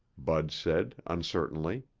bud said uncertainly.